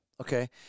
Okay